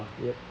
ya